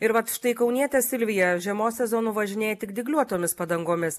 ir vat štai kaunietė silvija žiemos sezonu važinėja tik dygliuotomis padangomis